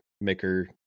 maker